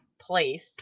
place